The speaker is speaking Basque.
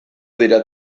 dira